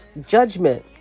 judgment